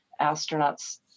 astronauts